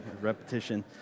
repetition